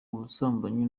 ubusambanyi